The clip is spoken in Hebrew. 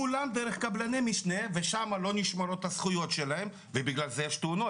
כולם דרך קבלני משנה ושם לא נשמרות הזכויות שלהם ובגלל זה יש תאונות.